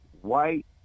white